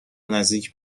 نزدیکتر